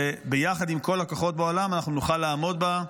וביחד עם כל הכוחות בעולם נוכל לעמוד בה.